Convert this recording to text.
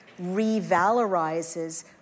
revalorizes